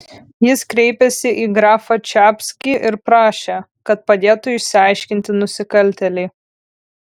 jis kreipėsi į grafą čapskį ir prašė kad padėtų išaiškinti nusikaltėlį